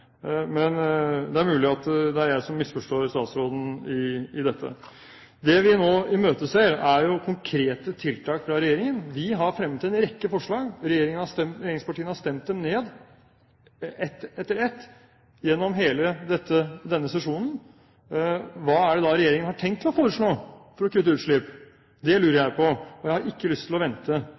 men det er mulig at det er jeg som misforstår statsråden i dette. Det vi nå imøteser, er konkrete tiltak fra regjeringen. Vi har fremmet en rekke forslag. Regjeringspartiene har stemt dem ned, ett etter ett, gjennom hele denne sesjonen. Hva er det da regjeringen har tenkt å foreslå for å kutte utslipp? Det lurer jeg på, og jeg har ikke lyst til å vente